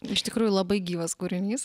iš tikrųjų labai gyvas kūrinys